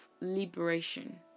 liberation